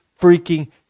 freaking